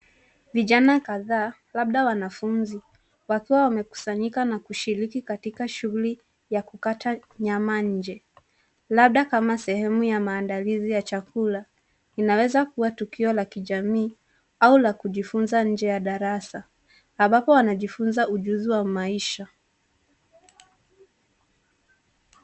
Vijana kadhaa, labda wanafunzi wakiwa wamekusanyika na kushiriki katika shuguli ya kukata nyama nje labda kama sehemu ya maandalizi ya chakula, inaweza kuwa tukio la kijamii au la kujifunza nje ya darasa ambapo wanajifunza ujuzi wa maisha.